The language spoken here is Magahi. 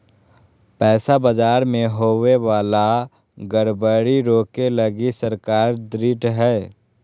पैसा बाजार मे होवे वाला गड़बड़ी रोके लगी सरकार ढृढ़ हय